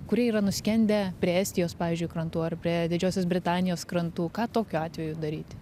kurie yra nuskendę prie estijos pavyzdžiui krantų ar prie didžiosios britanijos krantų ką tokiu atveju daryti